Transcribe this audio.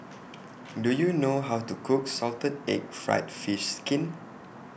Do YOU know How to Cook Salted Egg Fried Fish Skin